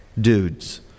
dudes